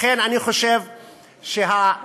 לכן, אני חושב שההיגיון,